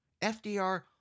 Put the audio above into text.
FDR